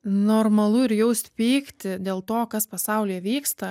normalu ir jaust pyktį dėl to kas pasaulyje vyksta